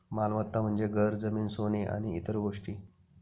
मालमत्ता म्हणजे घर, जमीन, सोने आणि इतर गोष्टी